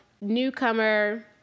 newcomer